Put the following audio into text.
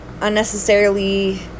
unnecessarily